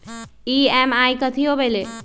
EMI कथी होवेले?